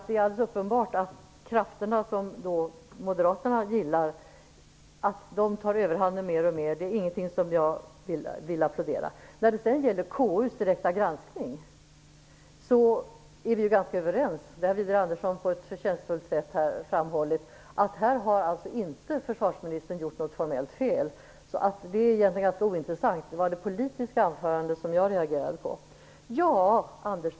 Det är alldeles uppenbart att de krafter som moderaterna gillar tar överhanden mer och mer. Det är ingenting som jag vill applådera. När det gäller KU:s direkta granskning är vi ganska överens. Det har Widar Andersson framhållit på ett förtjänstfullt sätt. Här har inte försvarsministern gjort något formellt fel. Detta är egentligen ganska ointressant. Det var det politiska anförandet som jag reagerade på.